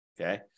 Okay